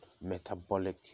metabolic